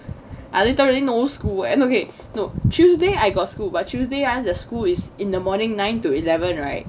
I literally no school eh okay no tuesday I got school but tuesday mine the school is in the morning nine to eleven right